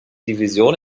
division